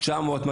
900 בירושלים,